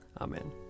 Amen